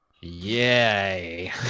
Yay